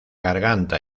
garganta